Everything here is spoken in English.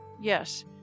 Yes